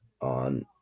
on